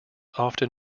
often